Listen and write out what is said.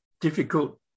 difficult